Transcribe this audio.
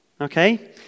okay